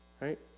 right